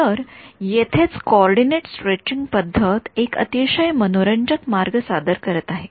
आता येथेच coordinate stretching पद्धत एक अतिशय मनोरंजक मार्ग सादर करत आहे